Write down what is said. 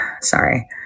Sorry